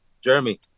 Jeremy